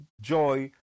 joy